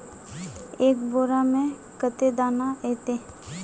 एक बोड़ा में कते दाना ऐते?